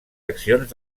accions